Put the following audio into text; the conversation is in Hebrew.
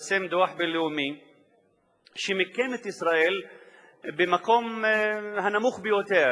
התפרסם דוח בין-לאומי שמיקם את ישראל במקום הנמוך ביותר.